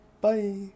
Bye